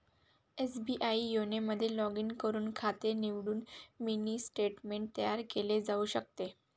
SBI YONO मध्ये log in करून खाते निवडून मिनी स्टेटमेंट तयार केले जाऊ शकते